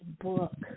book